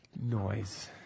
noise